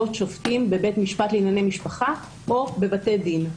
שופטים בבית משפט לענייני משפחה או בבתי דין.